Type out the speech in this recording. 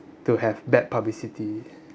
to have bad publicity